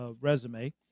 resume